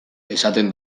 esaten